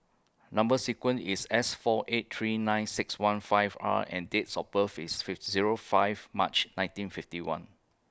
Number sequence IS S four eight three nine six one five R and Dates of birth IS Zero five March nineteen fifty one